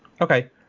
okay